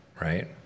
Right